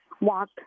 walk